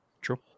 true